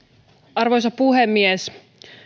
arvoisa puhemies